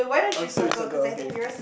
oh so you circle okay